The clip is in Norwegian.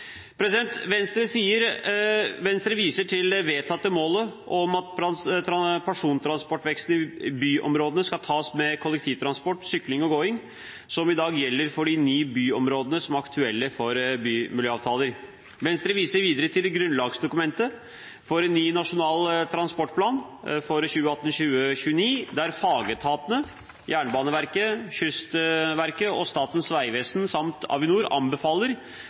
Venstre viser til det vedtatte målet om at persontransportveksten i byområdene skal tas med kollektivtransport, sykling og gåing, som i dag gjelder for de ni byområdene som er aktuelle for bymiljøavtaler. Venstre viser videre til grunnlagsdokumentet for ny nasjonal transportplan for 2018–2029, der fagetatene, Jernbaneverket, Kystverket og Statens vegvesen samt Avinor anbefaler